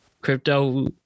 crypto